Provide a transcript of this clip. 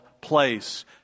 place